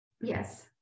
yes